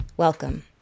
Welcome